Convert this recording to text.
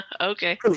Okay